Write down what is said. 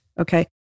Okay